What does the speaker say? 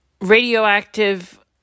radioactive